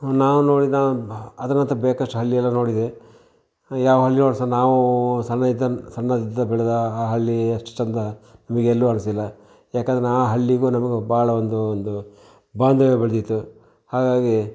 ನಾವು ನೋಡಿದ ಅದ್ರ ನಂತರ ಬೇಕಷ್ಟು ಹಳ್ಳಿಯೆಲ್ಲ ನೋಡಿದ್ದೇವೆ ಯಾವ ಹಳ್ಳಿಗಳು ಸಹ ನಾವು ಸಣ್ಣದಿದ್ದ ಸಣ್ಣದಿದ್ದ ಬೆಳೆದ ಆ ಹಳ್ಳಿಯಷ್ಟು ಚೆಂದ ನಮಗೆ ಎಲ್ಲೂ ಅನ್ನಿಸಿಲ್ಲ ಏಕೆಂದ್ರೆ ಆ ಹಳ್ಳಿಗೂ ನಮಗೂ ಭಾಳ ಒಂದು ಒಂದು ಬಾಂಧವ್ಯ ಬೆಳೆದಿತ್ತು ಹಾಗಾಗಿ